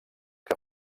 que